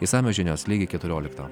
išsamios žinios lygiai keturioliktą